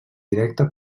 directe